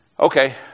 okay